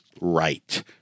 right